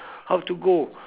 how to go